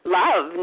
love